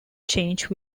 change